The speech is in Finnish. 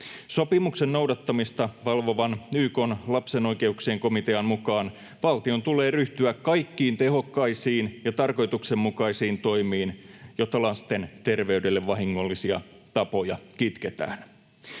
Sopimuksen noudattamista valvovan YK:n lapsen oikeuksien komitean mukaan valtion tulee ryhtyä kaikkiin tehokkaisiin ja tarkoituksenmukaisiin toimiin, jotta lasten terveydelle vahingollisia tapoja kitketään.